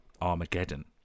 Armageddon